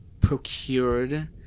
procured